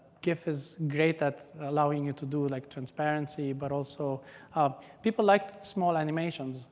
gif is great at allowing you to do like transparency. but also people like small animations